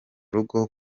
rugo